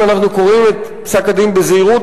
אם אנחנו קוראים את פסק-הדין בזהירות,